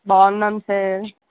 బాగున్నాం సార్